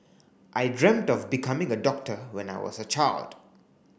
I dreamt of becoming a doctor when I was a child